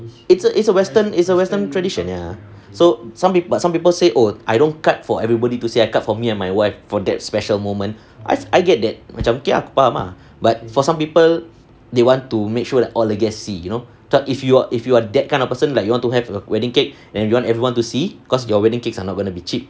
is a is a western is a western tradition ya so some people some people say oh I don't cut for everybody to say I cut for me and my wife for that special moment I get it macam okay aku faham but for some people they want to make sure that all the guest see you know macam if you are if you are the kind of person that you want to have a wedding cake and you want everyone to see cause your wedding cakes are not going to be cheap